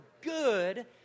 good